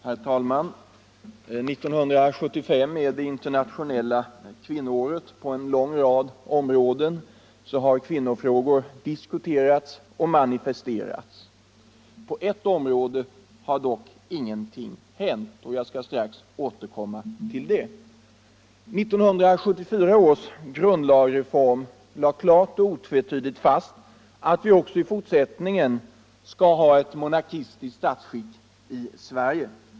Herr talman! 1975 år det internationella kvinnoåret. På en lång rad områden har kvinnofrågor diskuterats och manifesterats. På ett område har dock ingenting hänt, och jag skall strax återkomma till det. 1974 års grundlagsreform lade klart och otvetydigt fast att vi också i fortsättningen skall ha ett monarkiskt statsskick i Sverige.